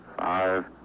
five